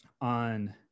on